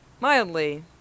mildly